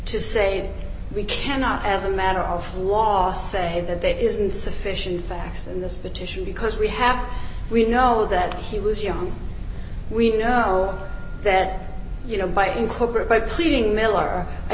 to say we cannot as a matter of law say that there is insufficient facts in this petition because we have we know that he was you know we know that you know by in corporate by pleading miller i